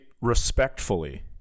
respectfully